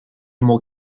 more